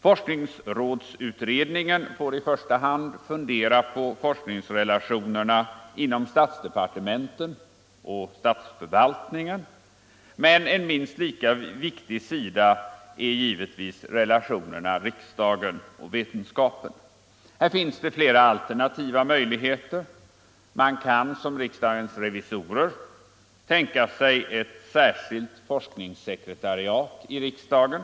Forskningsrådsutredningen får i första hand fundera på forskningsrelationerna inom statsdepartementen och statsförvaltningen, men en minst lika viktig sida är givetvis relationerna mellan riksdagen och ve tenskapen. Här finns det flera alternativa möjligheter. Man kan som riks — Nr 136 dagens revisorer tänka sig ett särskilt forskningssekretariat i riksdagen.